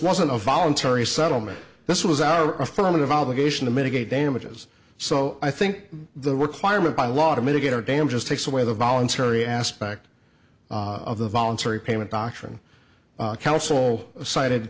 wasn't a voluntary settlement this was our affirmative obligation to mitigate damages so i think the requirement by law to mitigate our damages takes away the voluntary aspect of the voluntary payment doctrine council cited